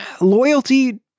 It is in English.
loyalty